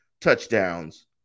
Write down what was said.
touchdowns